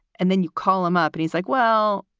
and then you call him up and he's like, well,